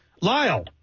Lyle